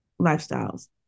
lifestyles